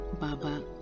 Baba